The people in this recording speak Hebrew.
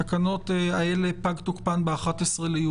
התקנות האלה פג תוקפן ב-11.7.